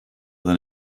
than